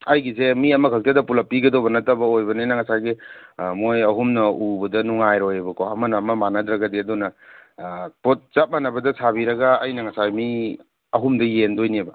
ꯑꯩꯒꯤꯖꯦ ꯃꯤ ꯑꯃꯈꯛꯇꯗ ꯄꯨꯂꯞ ꯄꯤꯒꯗꯕ ꯅꯠꯇꯕ ꯑꯣꯏꯕꯅꯤꯅ ꯉꯁꯥꯏꯒꯤ ꯃꯣꯏ ꯑꯍꯨꯝꯅ ꯎꯕꯗ ꯅꯨꯡꯉꯥꯏꯔꯣꯏꯕꯀꯣ ꯑꯃꯅ ꯑꯃ ꯃꯥꯟꯅꯗ꯭ꯔꯒꯗꯤ ꯑꯗꯨꯅ ꯄꯣꯠ ꯆꯞ ꯃꯥꯟꯅꯕꯗ ꯁꯥꯕꯤꯔꯒ ꯑꯩꯅ ꯉꯁꯥꯏ ꯃꯤ ꯑꯍꯨꯝꯗ ꯌꯦꯟꯗꯣꯏꯅꯦꯕ